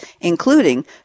including